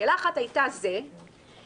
שאלה אחת הייתה מה שתיארתי.